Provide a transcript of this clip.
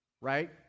right